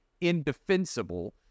indefensible